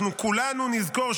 אנחנו כולנו נזכור,